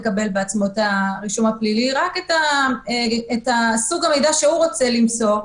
לקבל את הרישום הפלילי רק את סוג המידע שהוא רוצה למסור.